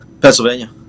Pennsylvania